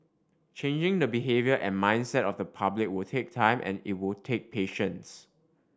changing the behaviour and mindset of the public will take time and it will take patience